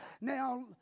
Now